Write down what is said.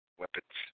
weapons